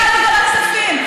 זה נאמר בוועדת כספים.